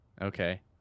Okay